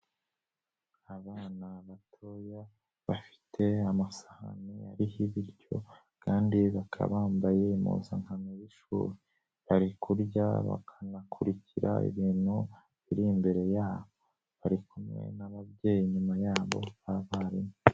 Abana batoya bafite amasahani ariho ibiryo kandi bakaba bambaye impuzankano y'ishuri, bari kurya bakanakurikira ibintu biri imbere yabo, bari kumwe n'ababyeyi inyuma yabo hari abarimu.